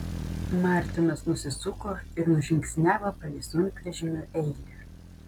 martinas nusisuko ir nužingsniavo palei sunkvežimių eilę